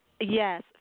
yes